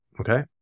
Okay